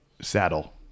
saddle